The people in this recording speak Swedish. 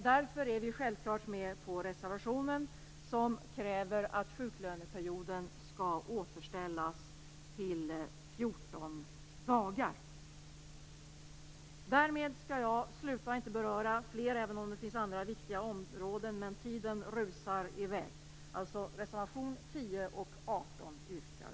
Därför är vi självklart med på reservationen där det krävs en återställning av sjuklöneperioden till 14 Därmed skall jag avsluta, även om det finns andra viktiga områden. Tiden rusar i väg. Vi yrkar alltså bifall till reservationerna 10 och 18.